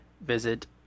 visit